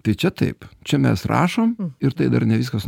tai čia taip čia mes rašom ir tai dar ne viskasnuo